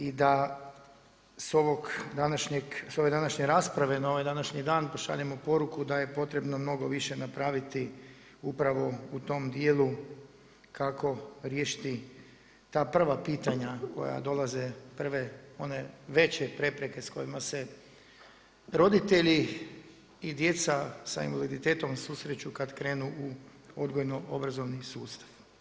I da s ove današnje rasprave na ovaj današnji dan pošaljemo poruku da je potrebno mnogo više napraviti upravo u tom djelu kako riješiti ta prva pitanja koja dolaze prve one veće prepreke s kojima se roditelji i djeca sa invaliditetom susreću kad kreću u odgojno-obrazovni sustav.